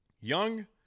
young